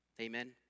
Amen